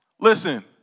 Listen